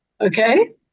Okay